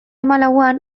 hamalauan